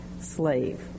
slave